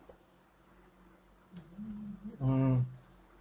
mm